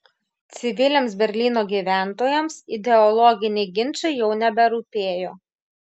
civiliams berlyno gyventojams ideologiniai ginčai jau neberūpėjo